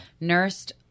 nursed